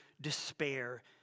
despair